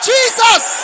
Jesus